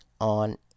on